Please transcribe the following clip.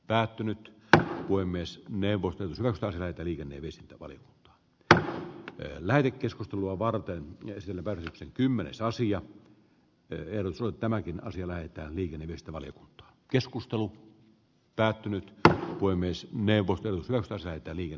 päätynyt tähän voi myös neuvottelut vasta hätäliikenne mistä valita että läänikeskustelua varten ja kyselevät kymmenen sasi ja eerolta tämäkin asia lähettää niihin edestä valio keskustelu päättynyt että voi myös neuvottelut jotka säätelijän